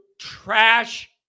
trash